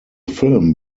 film